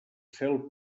cel